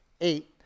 eight